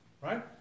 right